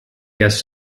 guest